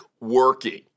working